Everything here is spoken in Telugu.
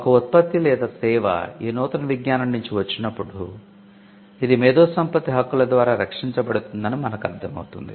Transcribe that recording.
ఒక ఉత్పత్తి లేదా సేవ ఈ నూతన విజ్ఞానo నుంచి వచ్చినప్పుడు ఇది మేధోసంపత్తి హక్కుల ద్వారా రక్షించబడుతుందని మనకు అర్ధం అవుతుంది